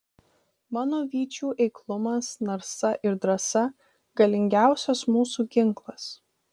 mano vyčių eiklumas narsa ir drąsa galingiausias mūsų ginklas